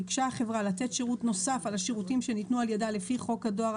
ביקשה החברה לתת שירות נוסף על השירותים שניתנו על ידה לפי חוק הדואר,